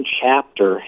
chapter